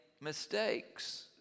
mistakes